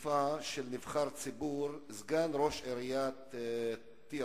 תקיפה של נבחר ציבור, סגן ראש עיריית טירה,